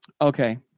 okay